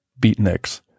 Beatniks